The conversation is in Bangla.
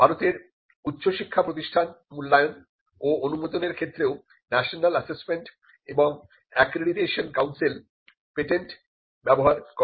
ভারতের উচ্চ শিক্ষা প্রতিষ্ঠান মূল্যায়ন ও অনুমোদনের ক্ষেত্রেও ন্যাশনাল অ্যাসেসমেন্ট এবং অ্যাক্রিডিটেশন কাউন্সিল পেটেন্ট ব্যবহার করে